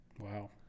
Wow